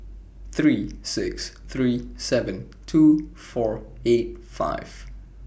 three six three seven two four eight five